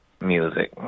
music